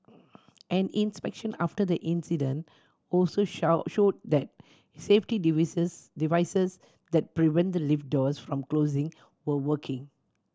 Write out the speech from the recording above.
an inspection after the incident also showed that safety devices that prevent the lift doors from closing were working